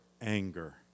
anger